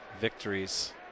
victories